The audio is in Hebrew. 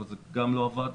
אבל זה גם לא עבד.